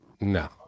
No